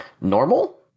normal